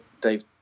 Dave